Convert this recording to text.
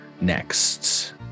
next